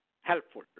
helpful